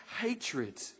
hatred